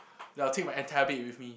then I'll take my entire bed with me